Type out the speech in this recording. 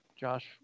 Josh